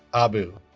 abu